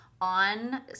on